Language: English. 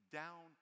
down